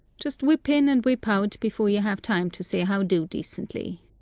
just whip in and whip out before you have time to say how-do decently.